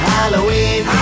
Halloween